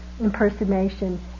impersonation